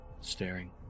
staring